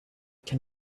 can